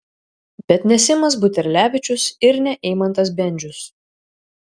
bet ne simas buterlevičius ir ne eimantas bendžius